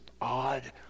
odd